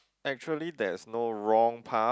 actually there is no wrong path